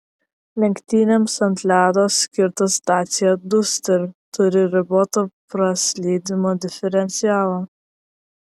lenktynėms ant ledo skirtas dacia duster turi riboto praslydimo diferencialą